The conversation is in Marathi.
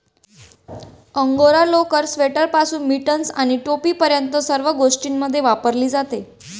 अंगोरा लोकर, स्वेटरपासून मिटन्स आणि टोपीपर्यंत सर्व गोष्टींमध्ये वापरली जाते